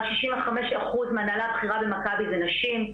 גם 65% מההנהלה הבכירה במכבי זה נשים,